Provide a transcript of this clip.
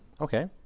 Okay